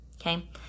Okay